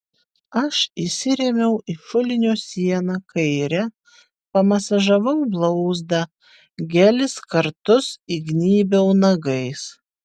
aš įsirėmiau į šulinio sieną kaire pamasažavau blauzdą gelis kartus įgnybiau nagais